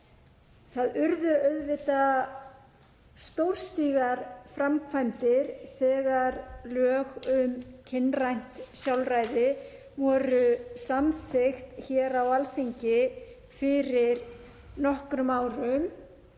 Það urðu auðvitað stórstígar framkvæmdir þegar lög um kynrænt sjálfræði voru samþykkt hér á Alþingi fyrir nokkrum árum